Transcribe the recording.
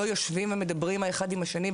לא יושבים ומדברים האחד עם השני,